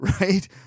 right